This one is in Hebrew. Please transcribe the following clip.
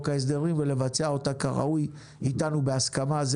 ההסדרים ולבצע אותה כראוי איתנו בהסכמה.